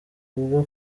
kubwo